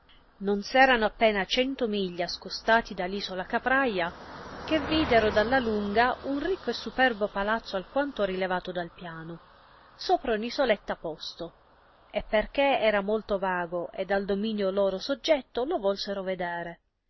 non s erano appena cento miglia scostati da l isola capraia che videro dalla lunga un ricco e superbo palazzo alquanto rilevato dal piano sopra un isoletta posto e perchè era molto vago ed al dominio loro soggetto lo volsero vedere